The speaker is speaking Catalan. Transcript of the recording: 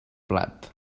plat